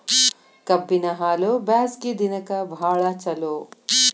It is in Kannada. ಕಬ್ಬಿನ ಹಾಲು ಬ್ಯಾಸ್ಗಿ ದಿನಕ ಬಾಳ ಚಲೋ